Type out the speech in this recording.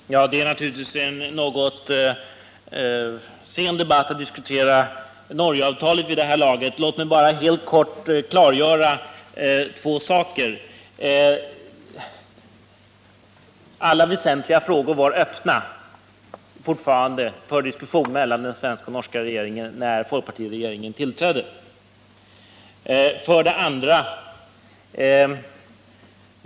Herr talman! Det är naturligtvis något sent att vid det här laget diskutera Norgeavtalet. Låt mig bara helt kort klargöra tre saker. 1. Alla väsentliga frågor var fortfarande öppna för diskussion mellan den svenska och den norska regeringen när folkpartiregeringen tillträdde. 2.